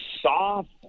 soft